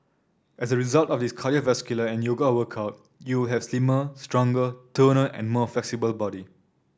as a result of this cardiovascular and yoga workout you will have a slimmer stronger toner and more flexible body